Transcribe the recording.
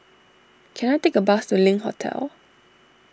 can I take a bus to Link Hotel